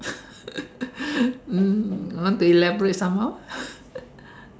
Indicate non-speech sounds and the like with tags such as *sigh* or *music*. *laughs* um want to elaborate some more *laughs*